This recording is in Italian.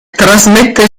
trasmette